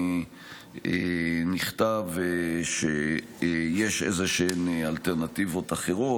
נכתב שיש איזשהן אלטרנטיבות אחרות,